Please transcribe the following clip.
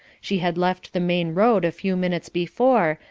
she had left the main road a few minutes before,